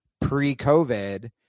pre-COVID